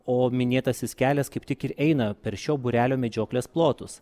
o minėtasis kelias kaip tik ir eina per šio būrelio medžioklės plotus